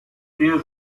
der